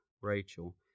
Rachel